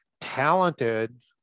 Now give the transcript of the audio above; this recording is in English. talented